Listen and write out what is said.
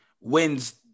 wins